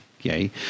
yay